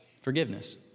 Forgiveness